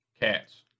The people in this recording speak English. Cats